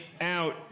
out